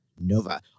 Nova